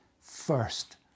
first